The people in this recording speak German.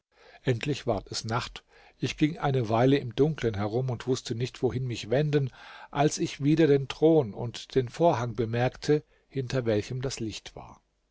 endlich ward es nacht ich ging eine weile im dunklen herum und wußte nicht wohin mich wenden als ich wieder den thron und den vorhang bemerkte hinter welchem das licht war